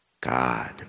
God